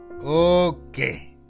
Okay